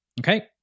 Okay